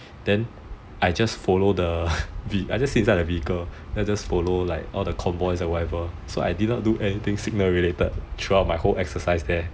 then I just follow inside the vehicle just follow all the convoy or whatever so I didn't do anything signal related throughout my whole exercise there